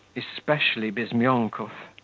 especially bizmyonkov.